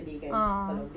ah